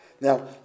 Now